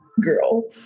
girl